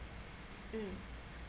mm